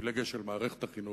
לפילגש של מערכת החינוך,